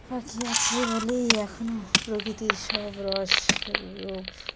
পাখি আছে বলেই এখনও প্রকৃতির সব রস রূপ